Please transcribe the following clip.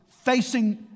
facing